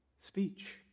speech